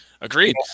Agreed